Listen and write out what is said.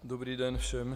Dobrý den všem.